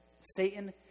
Satan